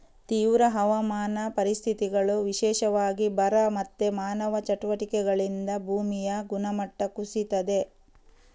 ತೀವ್ರ ಹವಾಮಾನ ಪರಿಸ್ಥಿತಿಗಳು, ವಿಶೇಷವಾಗಿ ಬರ ಮತ್ತೆ ಮಾನವ ಚಟುವಟಿಕೆಗಳಿಂದ ಭೂಮಿಯ ಗುಣಮಟ್ಟ ಕುಸೀತದೆ